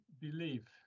believe